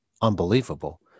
unbelievable